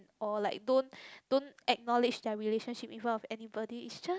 or like don't don't acknowledge their relationship in front of anybody it's just